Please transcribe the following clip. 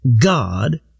God